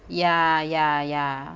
ya ya ya